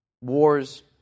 wars